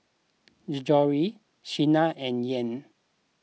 Gregorio Shana and Yael